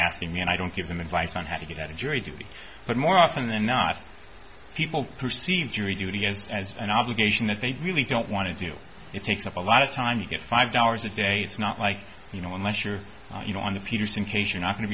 asking me and i don't give them advice on how to get out of jury duty but more often than not people perceive jury duty as as an obligation that they really don't want to do it takes up a lot of time you get five dollars a day it's not like you know unless you're you know on the peterson case you're not going to